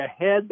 ahead